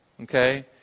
Okay